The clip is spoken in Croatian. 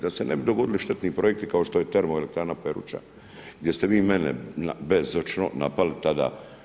Da se ne bi dogodili štetni projekti kao što je termo elektrana Peruča, gdje ste vi mene bezočno napali tada.